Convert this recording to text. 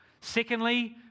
Secondly